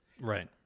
Right